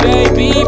Baby